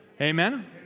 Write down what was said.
Amen